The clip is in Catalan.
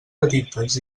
petites